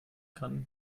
kann